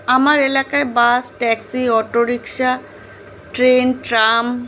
আমার এলাকায় bus taxi auto rickshaw train tram